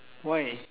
why